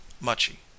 machi